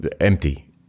Empty